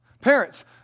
Parents